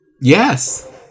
Yes